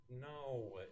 No